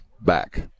back